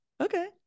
Okay